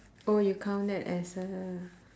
oh you count that as a